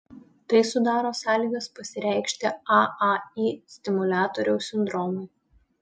tai sudaro sąlygas pasireikšti aai stimuliatoriaus sindromui